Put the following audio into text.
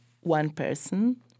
one-person